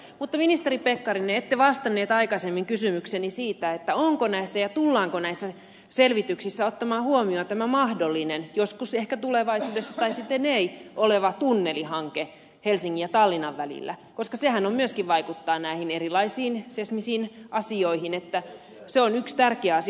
mutta ministeri pekkarinen ette vastannut aikaisempaan kysymykseeni siitä onko näissä selvityksissä otettu ja tullaanko niissä ottamaan huomioon tämä mahdollinen joskus ehkä tulevaisuudessa toteutuva tai sitten ei tunnelihanke helsingin ja tallinnan välillä koska sehän myöskin vaikuttaa näihin erilaisiin seismisiin asioihin se on yksi tärkeä asia